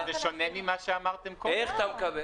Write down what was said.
זה שונה ממה שאמרתם קודם.